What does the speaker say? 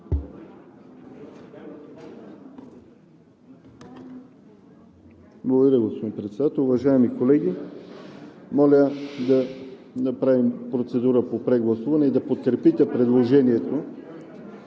Благодаря, господин Председател. Уважаеми колеги, моля да направим процедура по прегласуване и да подкрепите предложението,